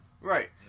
Right